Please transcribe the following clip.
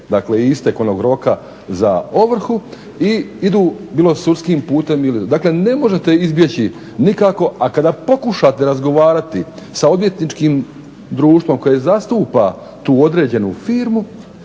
dakle istek onog roka za ovrhu i idu bilo sudskim putem ili, dakle ne možete izbjeći nikako, a kada pokušate razgovarati sa odvjetničkim društvom koje zastupa tu određenu firmu